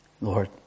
Lord